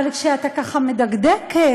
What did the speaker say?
אבל כשאתה ככה מדקדק,